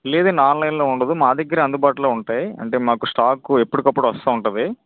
లేదు ఆన్లైన్లో ఉండదు మా దగ్గరే అందుబాటులో ఉంటాయి అంటే మాకు స్టాక్ ఎప్పుడికప్పుడు వస్తూ ఉంటుంది